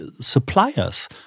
suppliers